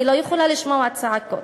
אני לא יכולה לשמוע צעקות,